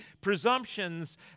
presumptions